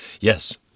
Yes